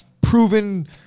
proven